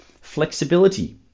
flexibility